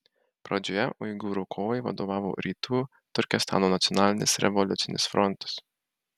pradžioje uigūrų kovai vadovavo rytų turkestano nacionalinis revoliucinis frontas